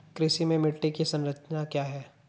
कृषि में मिट्टी की संरचना क्या है?